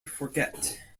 forget